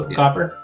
copper